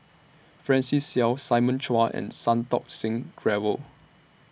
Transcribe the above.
Francis Seow Simon Chua and Santokh Singh Grewal